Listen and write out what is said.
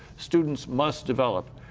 students must develop.